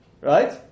Right